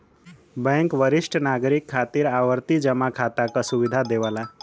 bank वरिष्ठ नागरिक खातिर आवर्ती जमा खाता क सुविधा देवला